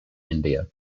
india